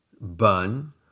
bun